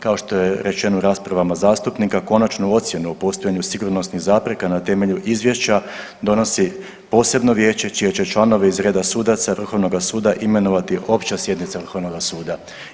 Kao što je rečeno u raspravama zastupnika konačnu ocjenu o postojanju sigurnosnih zapreka na temelju izvješća donosi posebno vijeće čije će članove iz reda sudaca Vrhovnoga suda imenovati opća sjednica Vrhovnoga suda.